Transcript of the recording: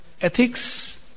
ethics